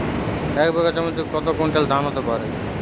এক বিঘা জমিতে কত কুইন্টাল ধান হতে পারে?